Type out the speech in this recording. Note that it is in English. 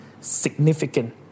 significant